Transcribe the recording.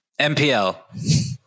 MPL